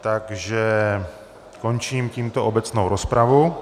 Takže končím tímto obecnou rozpravu.